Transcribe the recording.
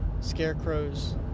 Scarecrows